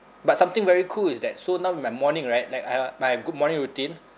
but something very cool is that so now in my morning right like uh my good morning routine